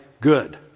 good